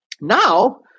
Now